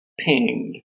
pinged